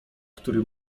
który